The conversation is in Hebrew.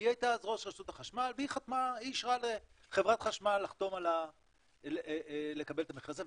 היא הייתה אז ראש רשות החשמל והיא אישרה לחברת חשמל לקבל את המחיר הזה.